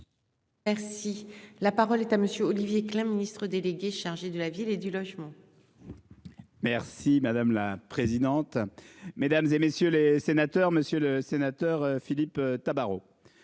Merci la parole est à monsieur Olivier Klein, Ministre délégué chargé de la ville et du logement. Merci madame la présidente, mesdames et messieurs les sénateurs, monsieur le sénateur Philippe Tabarot.